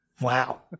Wow